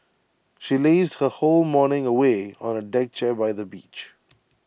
she lazed her whole morning away on A deck chair by the beach